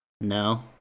No